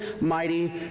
mighty